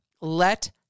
let